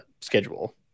schedule